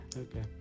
Okay